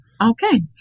okay